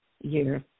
year